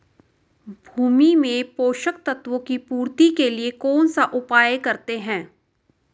भूमि में पोषक तत्वों की पूर्ति के लिए कौनसा उपाय करते हैं?